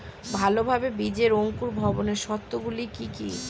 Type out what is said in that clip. ভালোভাবে বীজের অঙ্কুর ভবনের শর্ত গুলি কি কি?